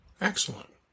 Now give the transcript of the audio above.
Excellent